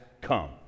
come